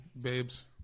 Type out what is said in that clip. babes